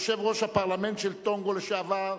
יושב-ראש הפרלמנט של טונגה לשעבר,